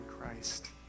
Christ